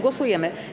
Głosujemy.